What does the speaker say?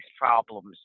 problems